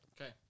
Okay